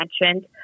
mentioned